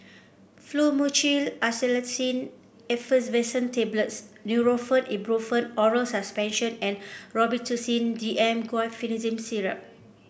Fluimucil Acetylcysteine Effervescent Tablets Nurofen Ibuprofen Oral Suspension and Robitussin D M Guaiphenesin Syrup